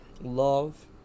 Love